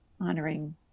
honoring